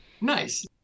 Nice